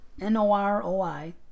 N-O-R-O-I